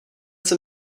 jsem